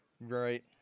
Right